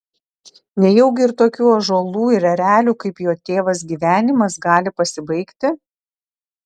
nejaugi ir tokių ąžuolų ir erelių kaip jo tėvas gyvenimas gali pasibaigti